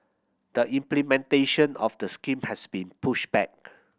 the implementation of the scheme has been pushed back